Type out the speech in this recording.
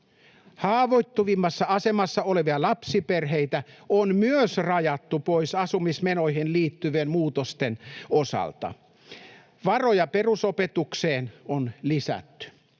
Haavoittuvimmassa asemassa olevia lapsiperheitä on myös rajattu pois asumismenoihin liittyvien muutosten osalta. Varoja perusopetukseen on lisätty.